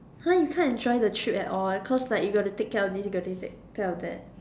!huh! you can't enjoy the trip at all cause like you got to take care of this you got to take care of that